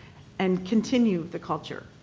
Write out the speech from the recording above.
and continue the culture.